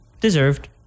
Deserved